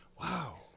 wow